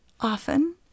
often